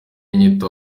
inyito